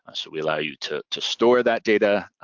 ah so we allow you to to store that data,